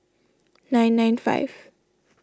nine nine five